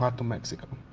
but mexico.